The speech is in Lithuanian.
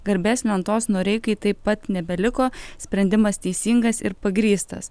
garbės lentos noreikai taip pat nebeliko sprendimas teisingas ir pagrįstas